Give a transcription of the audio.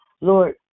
Lord